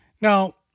Now